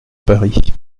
paris